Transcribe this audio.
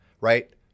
right